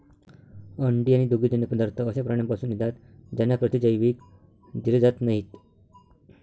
अंडी आणि दुग्धजन्य पदार्थ अशा प्राण्यांपासून येतात ज्यांना प्रतिजैविक दिले जात नाहीत